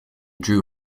drew